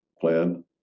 plan